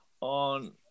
on